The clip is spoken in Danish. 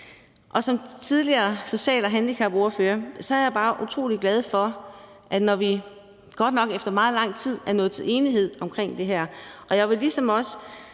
som tidligere social- og handicapordfører er jeg bare utrolig glad for, at vi – godt nok efter meget lang tid – er nået til enighed omkring det her, og jeg vil, ligesom fru